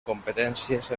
competències